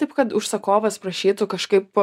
taip kad užsakovas prašytų kažkaip